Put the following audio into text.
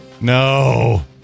No